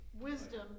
wisdom